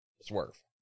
swerve